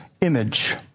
image